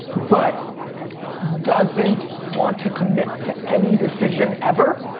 but doesn't want to commit to any decision ever.